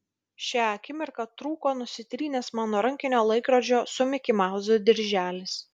šią akimirką trūko nusitrynęs mano rankinio laikrodžio su mikimauzu dirželis